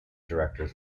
directors